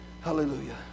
Hallelujah